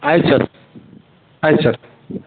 ಆಯ್ತು ಸರ್ ಆಯ್ತು ಸರ್